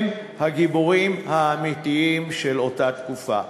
הם הגיבורים האמיתיים של אותה תקופה.